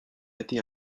beti